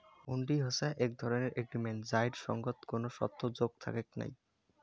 হুন্ডি হসে এক ধরণের এগ্রিমেন্ট যাইর সঙ্গত কোনো শর্ত যোগ থাকেক নাই